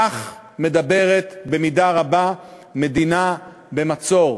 כך מדברת במידה רבה מדינה במצור.